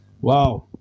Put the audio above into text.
Wow